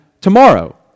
tomorrow